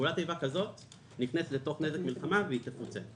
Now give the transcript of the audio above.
פעולת איבה כזאת נכנסת לתוך "נזק מלחמה" והיא תפוצה.